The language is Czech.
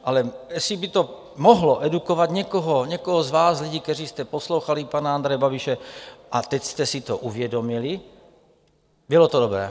Ale jestli by to mohlo edukovat někoho, někoho z vás, lidí, kteří jste poslouchali pana Andreje Babiše a teď jste si to uvědomili, bylo to dobré.